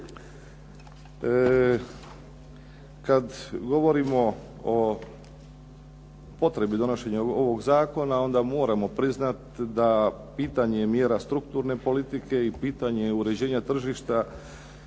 Kad govorimo o potrebi donošenja ovog zakona onda moramo priznati da pitanje mjera strukturne politike i pitanje uređenja tržišta